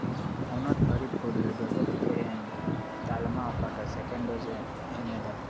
ᱦᱚᱱᱚᱛ ᱯᱷᱟᱹᱨᱤᱰ ᱠᱳᱨᱴ ᱨᱮ ᱡᱚᱛᱚ ᱴᱤᱠᱟᱹ ᱮᱢ ᱛᱟᱞᱢᱟ ᱚᱠᱟᱴᱟᱜ ᱥᱮᱠᱮᱱᱰ ᱰᱳᱡᱮ ᱮᱢᱫᱟ